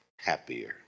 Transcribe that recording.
happier